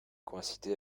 coïncider